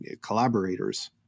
collaborators